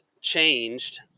changed